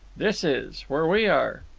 this is. where we are.